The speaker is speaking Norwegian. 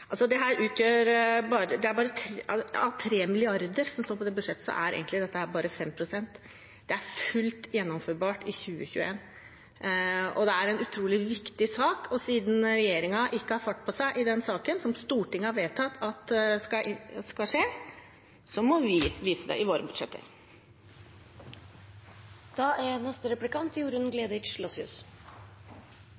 Av 3 mrd. kr som står på dette budsjettet, utgjør dette egentlig bare 5 pst. Det er fullt gjennomførbart i 2021, og det er en utrolig viktig sak. Og siden regjeringen ikke har fart på seg i denne saken, som Stortinget har vedtatt at skal skje, må vi vise det i våre budsjetter.